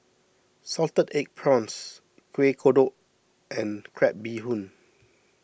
Salted Egg Prawns Kuih Kodok and Crab Bee Hoon